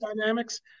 dynamics